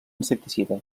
insecticida